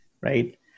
Right